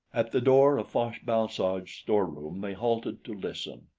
at the door of fosh-bal-soj's storeroom they halted to listen.